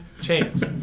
chance